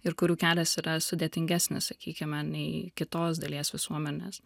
ir kurių kelias yra sudėtingesnis sakykime nei kitos dalies visuomenės